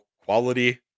quality